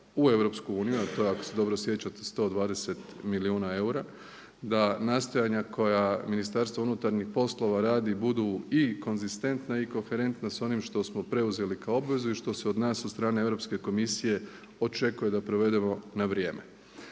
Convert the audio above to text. u EU a to je ako se dobro sjećate 120 milijuna eura, da nastojanja koja Ministarstvo unutarnjih poslova radi budu i konzistentna i koherentna s onim što smo preuzeli kao obvezu i što se od nas od strane Europske komisije očekuje da provedemo na vrijeme.